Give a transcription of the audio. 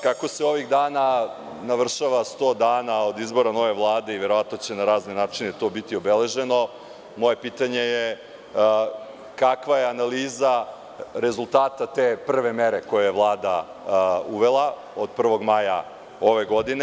Kako se ovih dana navršava sto dana od izbora nove Vlade i verovatno će na razne načine to biti obeleženo, moje pitanje je kakva je analiza rezultata te prve mere koju je Vlada uvela od 1. maja ove godine?